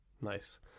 nice